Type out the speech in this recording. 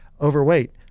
overweight